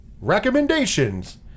recommendations